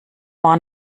war